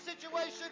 situation